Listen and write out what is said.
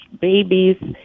babies